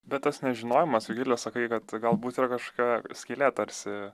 bet tas nežinojimas jogile sakai kad galbūt yra kažkokia skylė tarsi